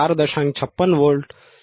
56v 4